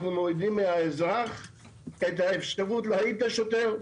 אנחנו מורידים מהאזרח את האפשרות להעיד את השוטר,